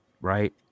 right